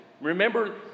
Remember